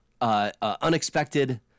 unexpected